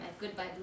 Goodbye